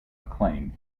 acclaim